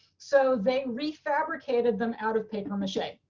so they re fabricated them out of pain or machine.